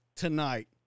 Tonight